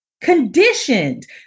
Conditioned